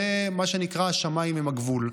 זה מה שנקרא, השמיים הם הגבול.